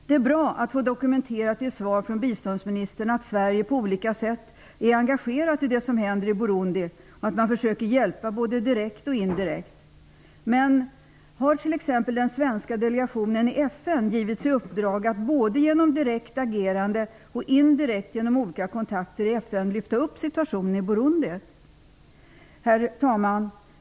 Det är bra att få dokumenterat i svar från biståndsministern att Sverige på olika sätt är engagerat i det som händer i Burundi och försöker hjälpa både direkt och indirekt. Men har t.ex. den svenska delegationen i FN fått i uppdrag att både genom direkt agerande och indirekt genom olika kontakter i FN lyfta upp situationen i Burundi? Herr talman!